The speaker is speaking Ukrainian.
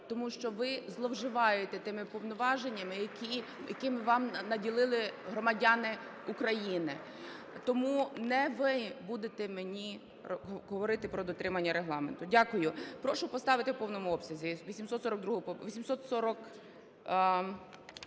Тому що ви зловживаєте тими повноваженнями, якими вас наділили громадяни України. Тому не ви будете мені говорити про дотримання Регламенту. Дякую. Прошу поставити в повному обсязі 842